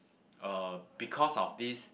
uh because of this